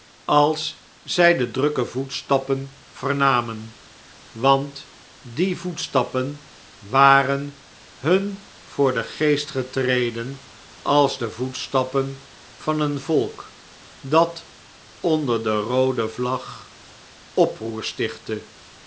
als zjj de drukke voetstappen vernamen want die voetstappen waren hun voor den geest getreden als de voetstappen van een volk dat onder de roode vlag